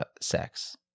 sex